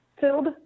filled